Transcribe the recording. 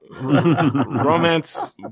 Romance